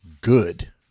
good